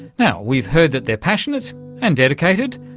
now, we've heard that they're passionate and dedicated,